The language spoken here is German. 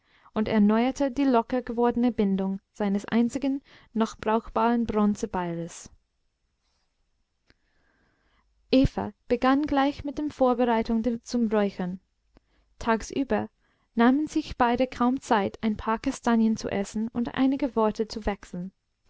und erneuerte die locker gewordene bindung seines einzigen noch brauchbaren bronzebeiles eva begann gleich mit den vorbereitungen zum räuchern tagsüber nahmen sich beide kaum zeit ein paar kastanien zu essen und einige worte zu wechseln